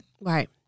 Right